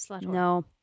No